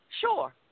Sure